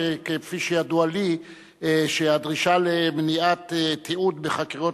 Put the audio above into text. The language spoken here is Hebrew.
שכפי שידוע לי הדרישה למניעת תיעוד בחקירות